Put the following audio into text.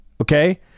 Okay